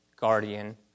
guardian